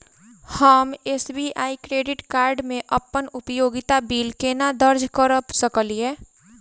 हम SBI credit card मे अप्पन उपयोगिता बिल केना दर्ज करऽ सकलिये?